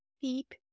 beep